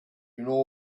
know